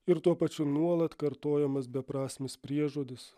ir tuo pačiu nuolat kartojamas beprasmis priežodis